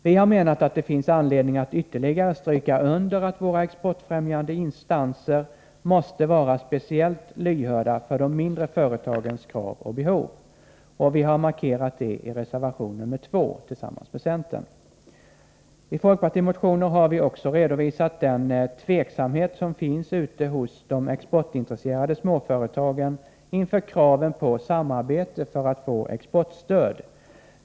Vi har menat att det finns anledning att ytterligare understryka att våra exportfrämjande instanser måste vara speciellt lyhörda för de mindre företagens krav och behov, och vi har markerat det i reservation nr 2 tillsammans med centerpartiet. I folkpartimotioner har vi också redovisat den tveksamhet som finns ute hos de exportintresserade småföretagen inför kraven på samarbete för att få exportstöd.